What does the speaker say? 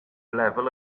lefel